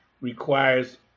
requires